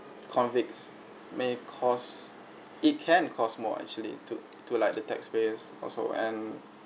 convicts may cause it can cost more actually to to like the taxpayers also and